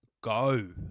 go